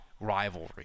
rivalry